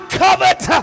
covered